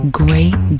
great